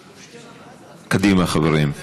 קדימה, חברים.